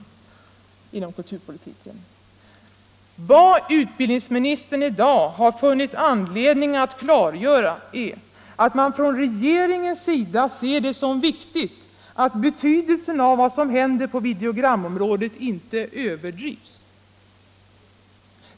Vad utbildningsministern i dag har funnit anledning klargöra är att man från regeringens sida ser det som viktigt att. betydelsen av vad som händer på videogramområdet inte överdrivs.